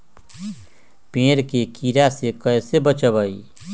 पेड़ के कीड़ा से कैसे बचबई?